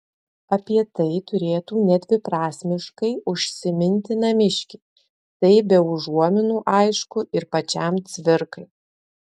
apie tai turėtų nedviprasmiškai užsiminti namiškiai tai be užuominų aišku ir pačiam cvirkai